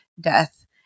death